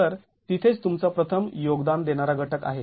तर तिथेच तुमचा प्रथम योगदान देणारा घटक आहे